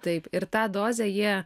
taip ir tą dozę jie